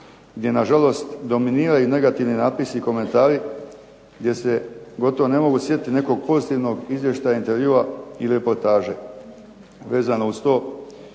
gdje nažalost dominiraju negativni napisi i komentari, gdje se gotovo ne mogu sjetiti nekog pozitivnog izvještaja, intervjua ili reportaže.